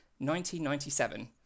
1997